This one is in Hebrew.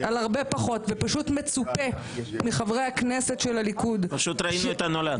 ופשוט מצופה מחברי הכנסת של הליכוד --- פשוט ראינו את הנולד.